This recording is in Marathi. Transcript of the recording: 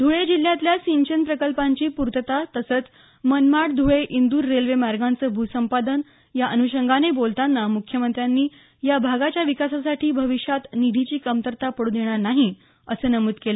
धूळे जिल्ह्यातल्या सिंचन प्रकल्पांची पूर्तता तसंच मनमाड धुळे इंद्र रेल्वे मार्गाचं भूसंपादन या अन्षंगाने बोलतांना मुख्यमंत्र्यांनी या भागाच्या विकासासाठी भविष्यातही निधीची कमतरता पडू देणार नाही असं नमूद केलं